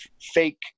fake